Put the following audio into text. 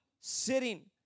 sitting